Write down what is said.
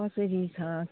कसरी छ